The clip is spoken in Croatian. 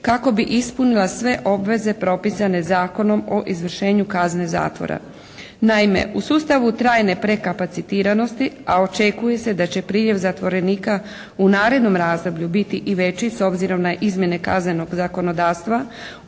kako bi ispunila sve obveze propisane Zakonom o izvršenju kazne zatvora. Naime u sustavu trajne prekapacitiranosti, a očekuje se da će priljev zatvorenika u narednom razdoblju biti i veći s obzirom na izmjene kaznenog zakonodavstva